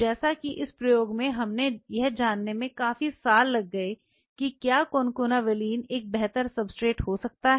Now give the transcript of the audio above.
जैसे कि इस प्रयोग में हमें यह जानने में काफी साल लग गए कि क्या कोनकाना वेलिन एक बेहतर सब्सट्रेट हो सकता है